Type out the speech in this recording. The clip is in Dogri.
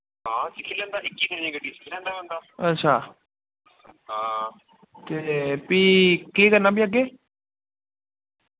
अच्छा ते फ्ही केह् करना फ्ही अग्गें